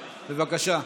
בבקשה.